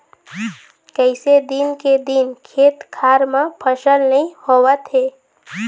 कइसे दिन के दिन खेत खार म फसल नइ होवत हे